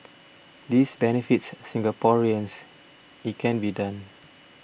this benefits Singaporeans it can be done